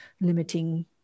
limiting